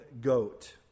goat